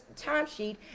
timesheet